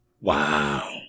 Wow